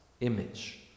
image